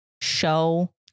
show